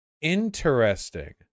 Interesting